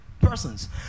persons